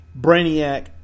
Brainiac